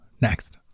next